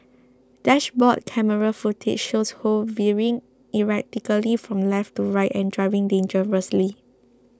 dashboard camera footage shows Ho veering erratically from left to right and driving dangerously